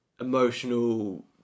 emotional